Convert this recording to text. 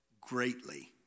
greatly